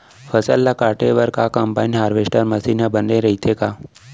फसल ल काटे बर का कंबाइन हारवेस्टर मशीन ह बने रइथे का?